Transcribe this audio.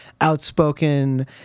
outspoken